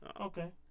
okay